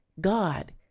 God